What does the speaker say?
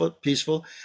peaceful